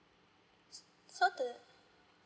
s~ so the